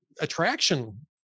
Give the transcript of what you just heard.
attraction